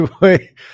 boy